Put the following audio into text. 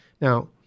Now